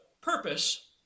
purpose